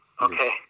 Okay